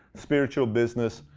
spiritual, business,